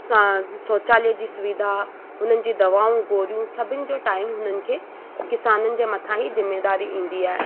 साज शौचालय जी सुविधा हुननि जूं दवाऊं गोरियूं सभिनि जो टाइम हुननि खे किसाननि जा मथां ई जिमेदारी ईंदी आहे